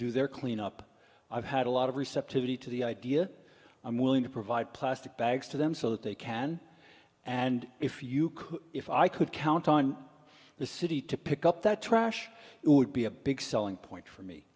do their cleanup i've had a lot of receptivity to the idea i'm willing to provide plastic bags to them so that they can and if you could if i could count on the city to pick up that trash it would be a big selling point for me